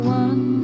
one